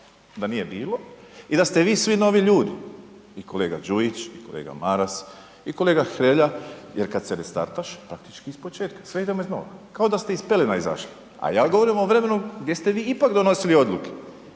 da nije bilo i da ste vi svi novi ljudi i kolega Đujić i kolega Maras i kolega Hrelja jer kad se restartaš praktički ispočetka, sve idemo iz nova, kao da ste iz pelena izašli, a ja govorim o vremenu gdje ste vi ipak donosili odluke.